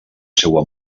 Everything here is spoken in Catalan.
seua